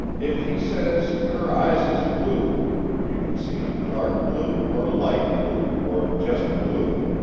if he says her eyes is blue you can see em dark blue or light blue or jest blue.